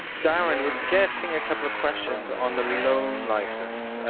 darrin, we're getting a couple of questions on the loan licence,